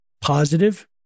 Positive